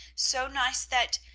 so nice that,